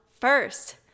first